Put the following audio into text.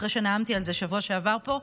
אחרי שנאמתי על זה בשבוע שעבר פה,